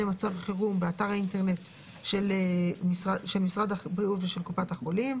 מצב חירום באתר האינטרנט של משרד הבריאות ושל קופת החולים.